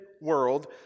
world